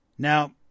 Now